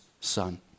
son